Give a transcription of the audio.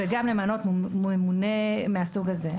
וגם למנות ממונה מהסוג הזה.